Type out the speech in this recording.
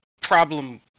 problem